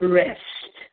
rest